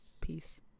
Peace